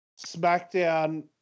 SmackDown